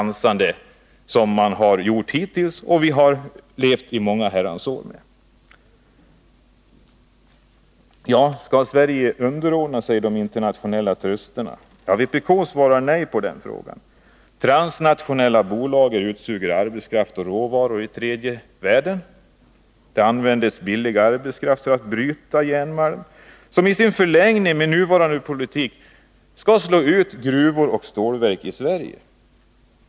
Underkastelse under det internationella stålkapitalet har vi nu levt med i många Herrans år. Skall Sverige underordna sig de internationella trusterna? Vpk svarar nej på den frågan. Transnationella bolag utsuger arbetskraft och råvaror i tredje världen. De använder billig arbetskraft för att bryta järnmalm. I förlängning en av den nuvarande politiken kommer de att slå ut gruvor och stålverk i Sverige.